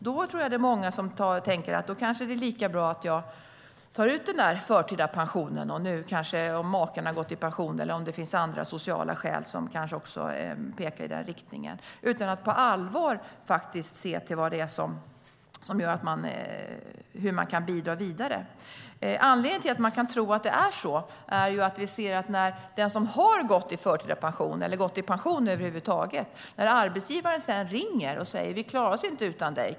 Då tror jag att det är många som tänker att det kanske är lika bra att ta ut förtida pension - maken kanske har gått i pension, och det kan finnas andra sociala skäl som pekar i den riktningen - utan att på allvar se till hur de kan bidra vidare. Anledningen till att man kan tro att det är så är att vi ser vad som händer när arbetsgivaren ringer till den som har gått i förtida pension eller gått i pension över huvud taget och säger: Vi klarar oss inte utan dig.